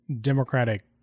democratic